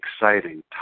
exciting